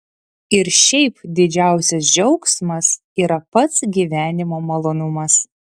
ir šiaip didžiausias džiaugsmas yra pats gyvenimo malonumas